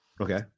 Okay